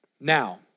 Now